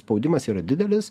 spaudimas yra didelis